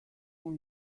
hang